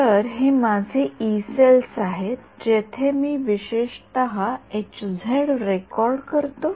तर हे माझे यी सेल्स आहेत जेथे मी विशेषत रेकॉर्ड करतो